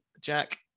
Jack